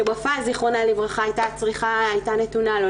שוופא זיכרונה לברכה היתה נתונה לו,